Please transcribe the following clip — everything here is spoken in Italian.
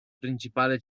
principale